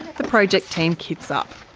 the project team kits up.